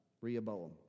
Rehoboam